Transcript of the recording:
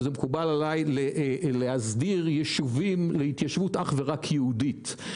וזה מקובל עלי להסדיר יישובים להתיישבות אך ורק יהודית,